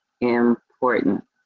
important